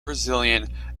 brazilian